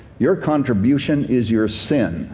your contribution is your sin.